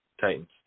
Titans